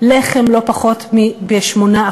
לחם בלא פחות מ-8%.